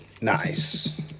Nice